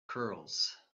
curls